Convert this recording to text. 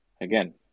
again